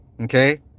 Okay